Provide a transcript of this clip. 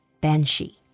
Banshee